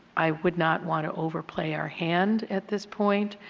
i would not want to overplay our hand at this point.